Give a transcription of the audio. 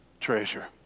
treasure